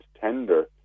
tender